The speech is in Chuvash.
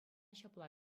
ҫапла